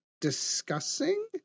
discussing